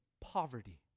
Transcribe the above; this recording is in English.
poverty